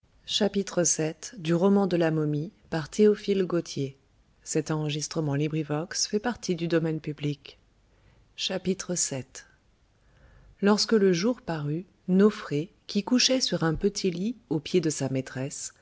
devant lorsque le jour parut nofré qui couchait sur un petit lit aux pieds de sa maîtresse